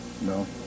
No